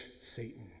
Satan